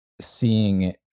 seeing